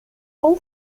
all